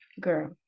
Girl